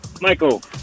Michael